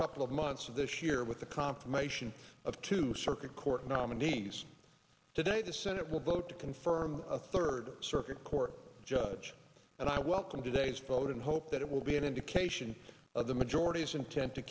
couple of months of this year with the confirmation of two circuit court nominees today the senate will vote to confirm a third circuit court judge and i welcome today's vote and hope that it will be an indication of the majority's intent to